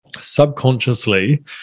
subconsciously